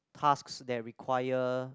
tasks that require